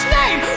name